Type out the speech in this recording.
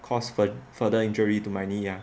cause fur~ further injury to my knee ah